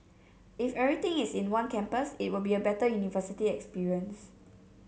if everything is in one campus it will be a better university experience